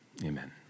Amen